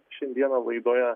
šiandieną laidoje